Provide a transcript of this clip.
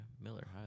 Miller